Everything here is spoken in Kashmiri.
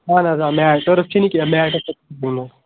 اہن حظ آ میٹ ٹٔرٕف چھی نہٕ کینٛہہ